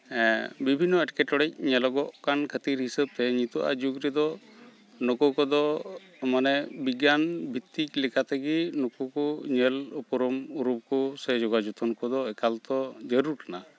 ᱵᱤᱵᱷᱤᱱᱱᱚ ᱮᱴᱠᱮᱴᱚᱬᱮ ᱧᱮᱞᱚᱜᱚᱜ ᱠᱟᱱ ᱠᱷᱟᱹᱛᱤᱨ ᱦᱤᱥᱟᱹᱵᱽ ᱛᱮ ᱱᱤᱛᱳᱜᱼᱟᱜ ᱡᱩᱜᱽ ᱨᱮᱫᱚ ᱱᱩᱠᱩ ᱠᱚᱫᱚ ᱢᱟᱱᱮ ᱵᱤᱜᱽᱜᱟᱱ ᱵᱷᱤᱛᱛᱤᱠ ᱞᱮᱠᱟ ᱛᱮᱜᱮ ᱱᱩᱠᱩ ᱠᱚ ᱧᱮᱞ ᱩᱯᱨᱩᱢ ᱠᱚ ᱥᱮ ᱡᱚᱜᱟᱣ ᱡᱚᱛᱚᱱ ᱠᱚᱫᱚ ᱮᱠᱟᱞ ᱛᱮ ᱡᱟᱹᱨᱩᱲ ᱠᱟᱱᱟ